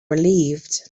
relieved